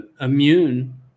immune